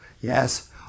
Yes